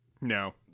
No